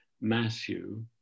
Matthew